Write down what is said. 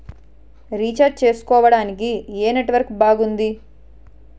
Recharge చేసుకోవటానికి ఏం network బాగుంది?